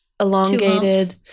elongated